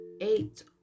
Eight